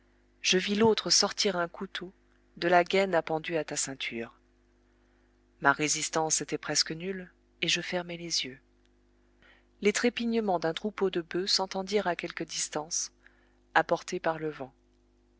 je vis l'autre sortir un couteau de la gaîne appendue à ta ceinture ma résistance était presque nulle et je fermai les yeux les trépignements d'un troupeau de boeufs s'entendirent à quelque distance apportés par le vent